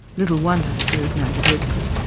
little wonder there is no diversity.